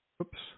oops